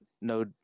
No